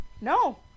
No